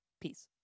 peace